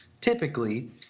typically